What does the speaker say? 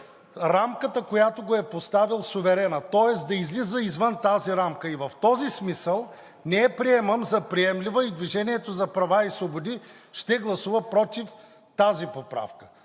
рамката, която е поставил суверенът, тоест да излиза извън тази рамка. В този смисъл не я приемам за приемлива и „Движението за права и свободи“ ще гласува „против“ тази поправка.